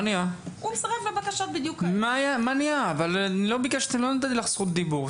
מסרב לבקשות --- לא נתתי לך זכות דיבור.